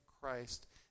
Christ